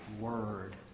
word